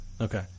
Okay